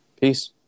Peace